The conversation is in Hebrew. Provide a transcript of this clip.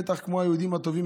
בטח כמו היהודים הטובים,